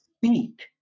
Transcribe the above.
speak